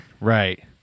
Right